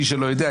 מי שלא יודע,